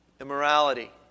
immorality